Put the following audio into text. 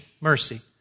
mercy